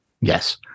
Yes